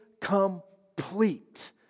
complete